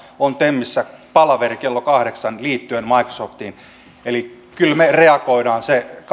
on temissä palaveri kello kahdeksan liittyen microsoftiin eli kyllä me reagoimme